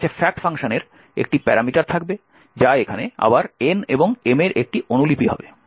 আপনার কাছে fact function এর একটি প্যারামিটার থাকবে যা এখানে আবার N এবং M এর একটি অনুলিপি হবে